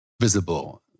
visible